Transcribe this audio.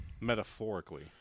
Metaphorically